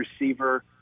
receiver